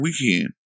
weekend